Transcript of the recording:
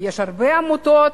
יש הרבה עמותות